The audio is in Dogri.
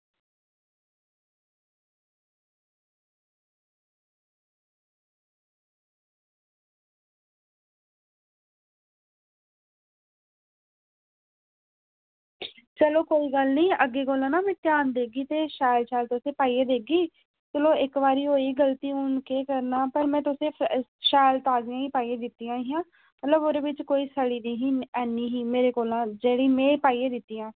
चलो कोई गल्ल निं अग्गें कोला में ना ध्यान देगी ते शैल शैल तुसेंगी पाइयै देगी चलो इक बारी होई गलती हून केह् करना पर में तुसेंगी फ्रै शैल ताज़ियां ई पाइयै दित्तियां हियां मतलब ओह्दे बिच्च कोई सड़ी दी है नी मेरे कोला जेह्ड़ी में पाइयै दित्तियां